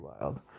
wild